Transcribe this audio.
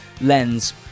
lens